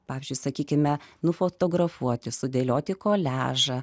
pavyzdžiui sakykime nufotografuoti sudėlioti koliažą